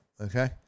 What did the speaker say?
Okay